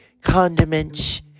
condiments